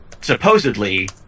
supposedly